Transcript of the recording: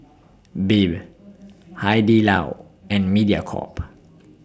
Bebe Hai Di Lao and Mediacorp